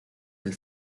del